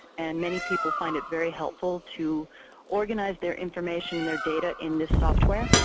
and many people find it very helpful to organize their information and their data in this software.